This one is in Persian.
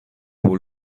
قبول